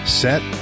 set